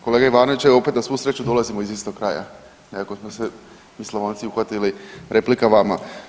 Kolega Ivanoviću evo opet na svu sreću dolazimo iz istog kraja, nekako smo se mi Slavonci uhvatili replika vama.